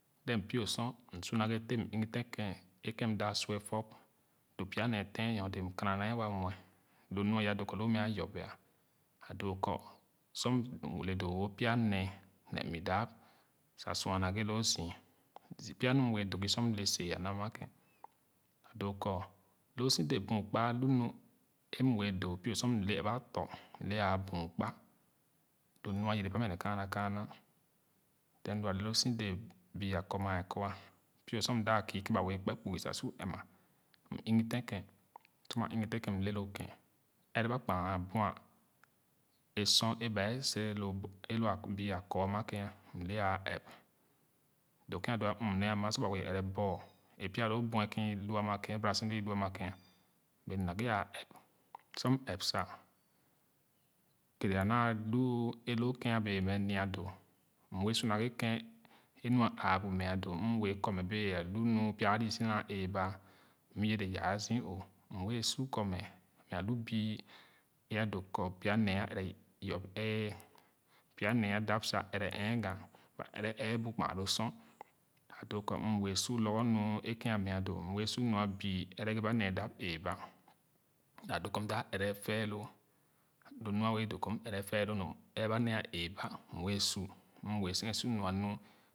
Then pio su m su naghe teh m aghe teh ken e ken m dap su etɔp pya nee ten nyo dee m kaana nee wa muɛ lo nu aya doo ne kɔ loo mɛ ayorbia adoo kɔ sor mle doowo pya nee m idaa sa sua naghe loo zü pya nu m wɛɛ doo gih sor mle see a na ma ken doo pie sor m le aba tɔ m le aa buun kpa lo nɛa yere ba mɛ kaana kaana then lo a le loo so dee bii akor mɛɛ kɔa pie sor m da kii ba wɛɛ kpe kugi sa su ɛn ma m igi ten ken sor maa ugu ten ken m le lo ken ɛrɛ ba kpa abua e sor e ba ɛɛ sere loo bü akor ama kan mle aya ɛp doo ken adoo mmɛ ama sor ba wɛɛ ɛrɛ ball e pya lo bue ken lo bara si loo olu amia ken ole naghe ãã ɛp sor m ɛp sa kɛrɛ a naa lu aloo ken a bee mɛ nia doo m wɛɛ kɔmɛ bece a lu nu pya ali so naa eeba m yere dee yaa a zü oo mbee su kɔ mɛ alu bü e doo kɔ pya nee a ɛrɛ yor ɛɛ pya nee a dap sa ɛrɛ ɛgdh ba ɛrɛ ɛɛbu kpaa lo sor adoo kɔ m wɛɛ su lorgor e ken a neah doo m wɛɛ su nia bü ɛgere ba nee dap eeba sa doo kɔ m dap ɛrɛ ɛfɛɛloo lo nu a wɛɛ doo kɔ m ɛrɛ nor ɛrɛ ba nee a eeba m wɛɛ su m wɛɛ ken nɔa nu